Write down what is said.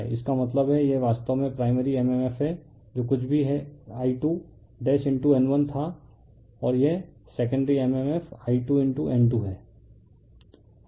इसका मतलब है यह वास्तव में प्राइमरी mmf है जो कुछ भी I2N1 था और यह सेकेंडरी mmf I2N2 है